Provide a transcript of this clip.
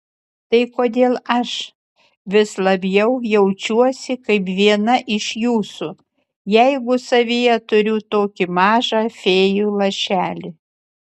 tai kodėl aš vis labiau jaučiuosi kaip viena iš jūsų jeigu savyje turiu tokį mažą fėjų lašelį